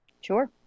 Sure